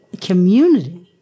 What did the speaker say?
community